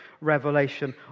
revelation